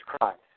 Christ